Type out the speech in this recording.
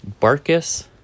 Barkus